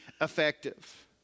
effective